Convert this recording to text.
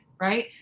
right